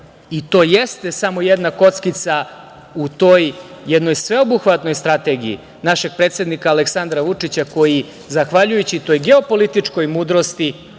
i to jeste samo jedna kockica u toj jednoj sveobuhvatnoj strategiji našeg predsednika Aleksandra Vučića koji zahvaljujući toj geopolitičkoj mudrosti,